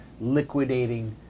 liquidating